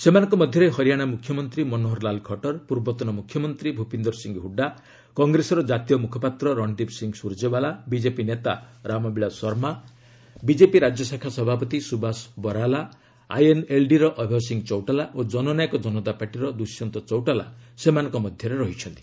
ସେମାନଙ୍କ ମଧ୍ୟରେ ହରିଆଣା ମୁଖ୍ୟମନ୍ତ୍ରୀ ମନୋହରଲାଲ ଖଟର ପୂର୍ବତନ ମୁଖ୍ୟମନ୍ତ୍ରୀ ଭୂପିନ୍ଦର ସିଂ ହୁଡ଼ା କଂଗ୍ରେସର ଜାତୀୟ ମୁଖପାତ୍ର ରଣଦୀପସିଂ ସ୍ୱରଜେବାଲା ବିଜେପି ନେତା ରାମବିଳାଶ ଶର୍ମା ବିଜେପି ରାଜ୍ୟଶାଖା ସଭାପତି ସୁଭାଷ ବରାଲା ଆଇଏନ୍ଏଲ୍ଡିର ଅଭୟ ସିଂ ଚୌଟାଲା ଓ ଜନନାୟକ ଜନତାପାର୍ଟିର ଦୁଶ୍ୟନ୍ତ ଚୌଟାଲା ସେମାନଙ୍କ ମଧ୍ୟରେ ଅଛନ୍ତି